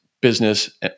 business